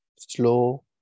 Slow